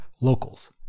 locals